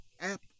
app